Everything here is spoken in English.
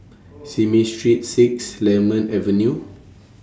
Simei Street six Lemon Avenue